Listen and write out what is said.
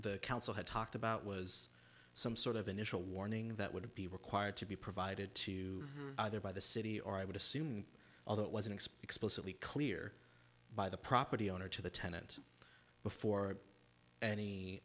the council had talked about was some sort of initial warning that would be required to be provided to other by the city or i would assume although it was an explicitly clear by the property owner to the tenant before any